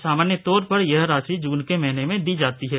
सामान्य तौर पर यह राशि जून के महीने में दी जाती है